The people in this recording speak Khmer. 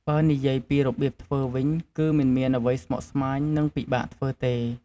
បើនិយាយពីរបៀបធ្វើវិញ គឺមិនមានអ្វីស្មុគស្មាញ និងពិបាកធ្វើទេ។